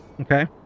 Okay